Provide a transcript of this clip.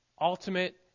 ultimate